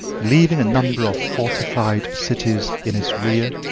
leaving a number of fortified cities in its rear,